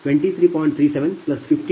3752